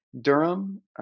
Durham